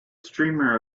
streamer